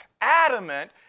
adamant